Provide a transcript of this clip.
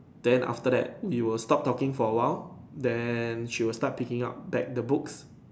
then after that we will stop talking for a while then she will start picking up back the books